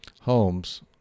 Holmes